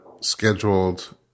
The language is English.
scheduled